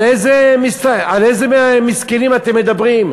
על איזה מסכנים אתם מדברים?